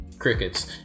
Crickets